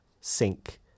sync